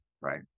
right